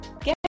Get